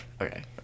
Okay